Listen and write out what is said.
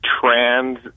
Trans